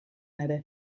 ere